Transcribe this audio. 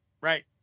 Right